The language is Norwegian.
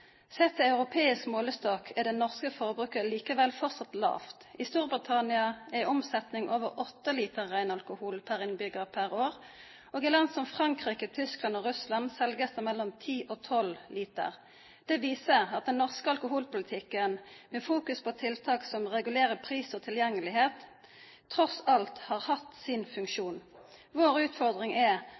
Sett i europeisk målestokk er det norske forbruket likevel fortsatt lavt. I Storbritannia er omsetningen over 8 liter ren alkohol per innbygger per år, og i land som Frankrike, Tyskland og Russland selges det mellom 10 og 12 liter. Det viser at den norske alkoholpolitikken, med fokus på tiltak som regulerer pris og tilgjengelighet, tross alt har hatt sin funksjon. Vår utfordring er